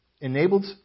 enabled